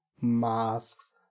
masks